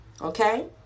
Okay